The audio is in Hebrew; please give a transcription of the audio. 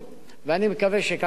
ואני מקווה שכך ימשיכו.